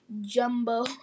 jumbo